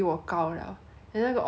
I think about it also quite scared